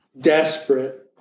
desperate